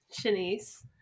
Shanice